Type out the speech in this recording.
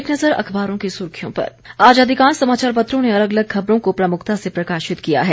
एक नज़र अखबारों की सुर्खियों पर आज अधिकांश समाचार पत्रों ने अलग अलग खबरों को प्रमुखता से प्रकाशित किया है